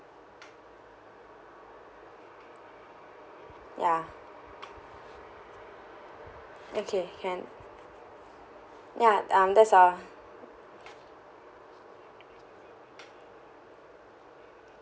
ya okay can ya um that's all